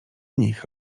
nich